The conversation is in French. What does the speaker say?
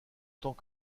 tant